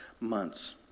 months